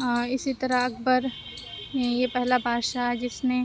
اور اسی طرح اکبر یہ پہلا بادشاہ ہے جس نے